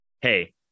Hey